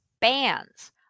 bands